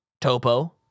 Topo